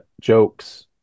jokes